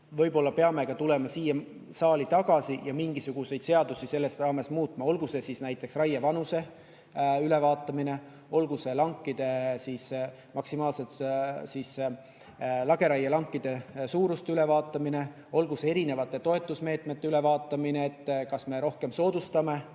võib-olla peame tulema siia saali tagasi ja mingisuguseid seadusi selles raames muutma, olgu see näiteks raievanuse ülevaatamine, olgu see lageraielankide suuruste ülevaatamine, olgu see erinevate toetusmeetmete ülevaatamine, kas me rohkem soodustame,